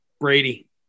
Brady